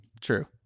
True